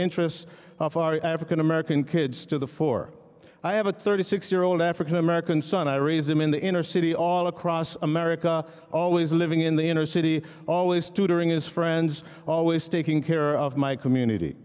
interests of our african american kids to the fore i have a thirty six year old african american son i raised him in the inner city all across america always living in the inner city always tutoring his friends always taking care of my community